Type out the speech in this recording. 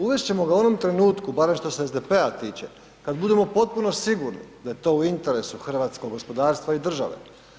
Uvest ćemo ga u onom trenutku barem što se SDP-a tiče, kad budemo u potpunosti sigurni da je to u interesu hrvatskog gospodarstva i države.